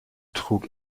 trug